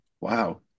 Wow